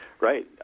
right